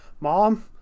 Mom